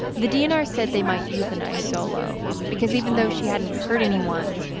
the dnr said they might euthanize solo because even though she hadn't hurt anyone,